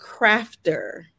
crafter